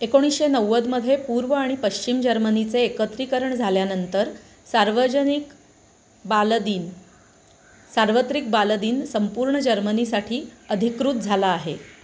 एकोणीसशे नव्वदमध्ये पूर्व आणि पश्चिम जर्मनीचे एकत्रीकरण झाल्यानंतर सार्वजनिक बालदिन सार्वत्रिक बालदिन संपूर्ण जर्मनीसाठी अधिकृत झाला आहे